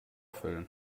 füllen